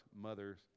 mother's